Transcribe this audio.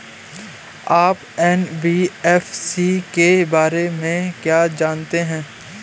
आप एन.बी.एफ.सी के बारे में क्या जानते हैं?